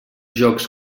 jocs